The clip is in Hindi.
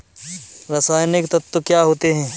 रसायनिक तत्व क्या होते हैं?